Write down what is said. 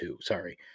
Sorry